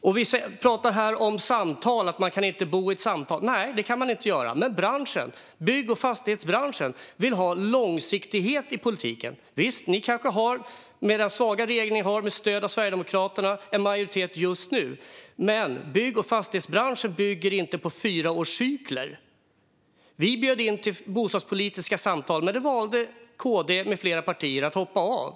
Här talar vi om att man inte kan bo i ett samtal. Nej, det kan man inte. Men bygg och fastighetsbranschen vill ha långsiktighet i politiken. Visst har kanske er svaga regering med stöd av Sverigedemokraterna majoritet just nu. Men bygg och fastighetsbranschen bygger inte på fyraårscykler. Vi bjöd in till bostadspolitiska samtal. Men dem valde KD med flera partier att hoppa av.